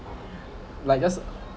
like just